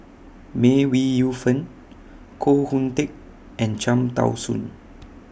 May Ooi Yu Fen Koh Hoon Teck and Cham Tao Soon